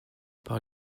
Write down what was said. par